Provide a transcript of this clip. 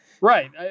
Right